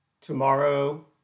tomorrow